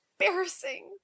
embarrassing